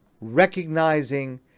recognizing